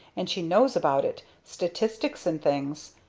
and she knows about it statistics and things.